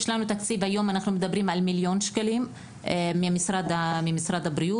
יש לנו תקציב של כמיליון שקלים ממשרד הבריאות.